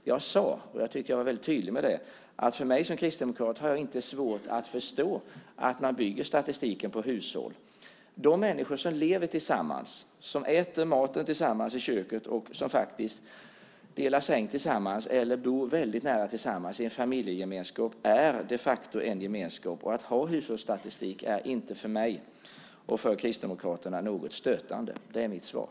Jag sade - jag tycker att jag där var väldigt tydlig - att jag som kristdemokrat inte har svårt att förstå att man bygger statistiken på hushåll. De människor som lever tillsammans, som äter mat tillsammans i köket och som delar säng, eller som bor väldigt nära varandra, som bor tillsammans i en familjegemenskap, är de facto en gemenskap. Att ha hushållsstatistik är inte stötande för mig och Kristdemokraterna. Det är mitt svar.